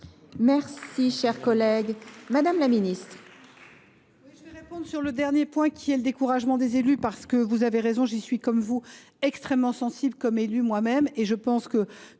Mes chers collègues, madame la ministre,